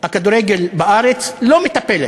הכדורגל בארץ לא מטפלת,